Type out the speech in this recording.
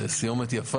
בקשה.